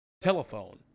telephone